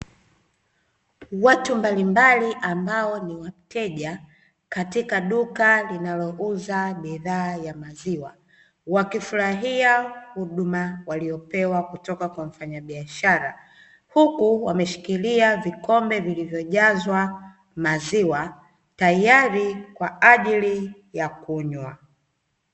Watu mbalimbali ambao ni wateja, katika duka linalouza bidhaa ya maziwa, wakifurahia huduma waliyopewa kutoka kwa mfanyabiashara, huku wameshikilia vikombe vilivyojazwa maziwa tayari kwa ajili ya kunywa.